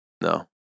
No